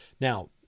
Now